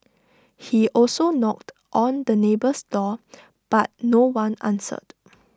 he also knocked on the neighbour's door but no one answered